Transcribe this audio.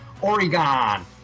Oregon